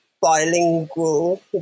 bilingual